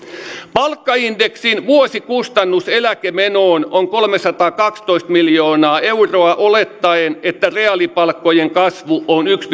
palkkaindeksin vuosikustannus eläkemenoon on kolmesataakaksitoista miljoonaa euroa olettaen että reaalipalkkojen kasvu on yksi